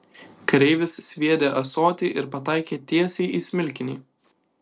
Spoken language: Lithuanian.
kareivis sviedė ąsotį ir pataikė tiesiai į smilkinį